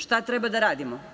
Šta treba da radimo?